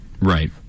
Right